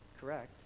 correct